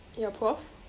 your prof